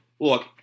look